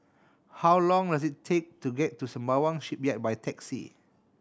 how long does it take to get to Sembawang Shipyard by taxi